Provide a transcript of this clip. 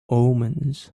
omens